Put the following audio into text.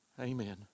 amen